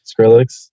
Skrillex